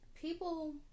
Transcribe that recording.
people